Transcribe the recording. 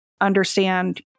understand